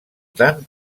tant